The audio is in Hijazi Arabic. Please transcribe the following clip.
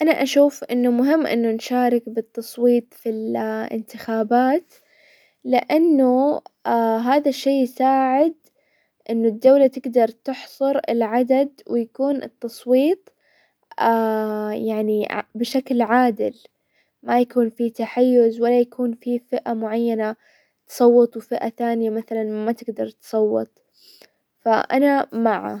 انا اشوف انه مهم انه نشارك بالتصويت في انتخابات لانه هذا الشي يساعد انه الدولة تقدر تحصر العدد، ويكون التصويت يعني بشكل عادل، ما يكون في تحيز، ولا يكون في فئة معينة تصوت وفئة ثانية مثلا ما تقدر تصوت، فانا مع.